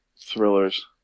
thrillers